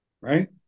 right